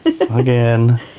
again